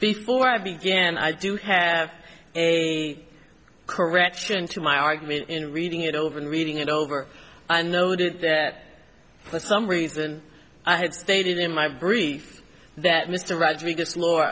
before i began i do have a correction to my argument in reading it over and reading it over i noted that for some reason i had stated in my brief that mr rodrigue